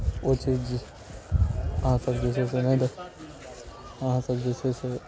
ओ चीज अहाँसभ जे छै से नहि देख अहाँसभ जे छै से